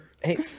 Hey